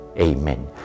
Amen